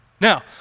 Now